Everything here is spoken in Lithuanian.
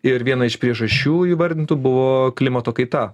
ir viena iš priežasčių įvardintų buvo klimato kaita